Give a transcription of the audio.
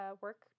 work